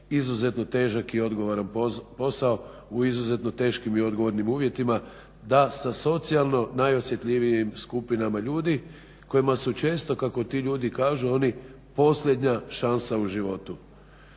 izuzetno težak i odgovoran posao u izuzetno teškim i odgovornim uvjetima. Da sa socijalno najosjetljivijim skupinama ljudi kojima su često, kako ti ljudi kažu oni posljednja šansa u životu.